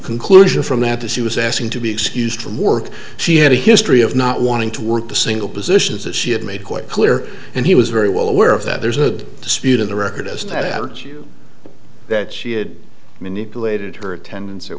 conclusion from mantis he was asking to be excused from work she had a history of not wanting to work the single positions that she had made quite clear and he was very well aware of that there's a dispute in the record as to that you know that she had manipulated her attendance at